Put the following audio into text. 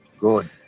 Good